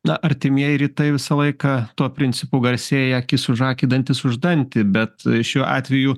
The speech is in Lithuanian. na artimieji rytai visą laiką tuo principu garsėja akis už akį dantis už dantį bet šiuo atveju